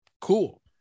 Cool